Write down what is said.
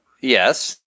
Yes